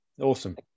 awesome